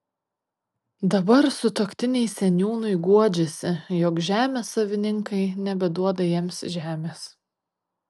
dabar sutuoktiniai seniūnui guodžiasi jog žemės savininkai nebeduoda jiems žemės